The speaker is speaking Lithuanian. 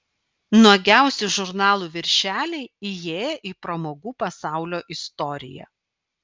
nuogiausi žurnalų viršeliai įėję į pramogų pasaulio istoriją